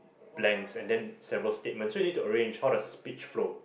blanks and then several statements so you need to arrange how does the speech flow